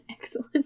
Excellent